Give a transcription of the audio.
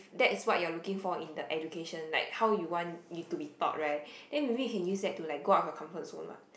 that is what you are looking for in the education like how you want it to be taught right then maybe you can use that to go out of your comfort zone what